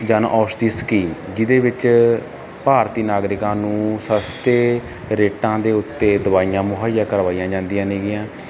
ਜਨ ਔਸ਼ਧੀ ਸਕੀਮ ਜਿਹਦੇ ਵਿੱਚ ਭਾਰਤੀ ਨਾਗਰਿਕਾਂ ਨੂੰ ਸਸਤੇ ਰੇਟਾਂ ਦੇ ਉੱਤੇ ਦਵਾਈਆਂ ਮੁਹੱਈਆ ਕਰਵਾਈਆਂ ਜਾਂਦੀਆਂ ਨੇ ਗੀਆਂ